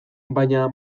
baina